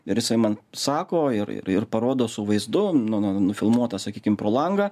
ir jisai man sako ir ir ir parodo su vaizdu nu nu nufilmuotas sakykim pro langą